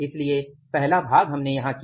इसलिए पहला भाग हमने यहां किया